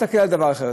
נסתכל על דבר אחר.